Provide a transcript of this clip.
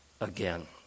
again